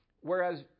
whereas